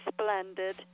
splendid